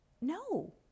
no